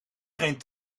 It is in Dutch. geen